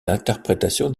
l’interprétation